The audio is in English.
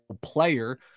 player